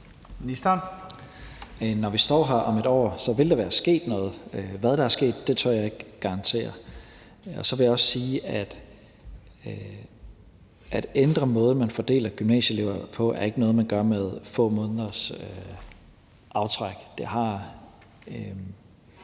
Når vi står her om et år, vil der være sket noget. Hvad der er sket, tør jeg ikke garantere for. Så vil jeg også sige, at det at ændre måden, man fordeler gymnasieelever på, ikke er noget, man gør med få måneders aftræk. Det kommer